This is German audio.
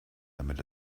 damit